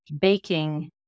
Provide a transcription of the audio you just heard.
baking